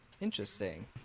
Interesting